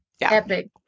Epic